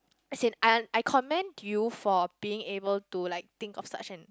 as in I I comment you for being able to like think of such in